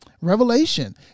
Revelation